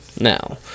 now